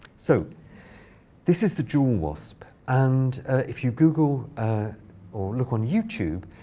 so this is the jewel wasp. and if you google or look on youtube,